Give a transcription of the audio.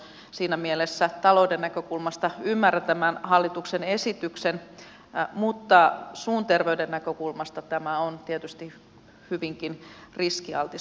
siinä mielessä talouden näkökulmasta ymmärrän tämän hallituksen esityksen mutta suun terveyden näkökulmasta tämä on tietysti hyvinkin riskialtis